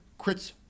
crits